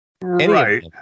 Right